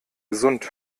gesund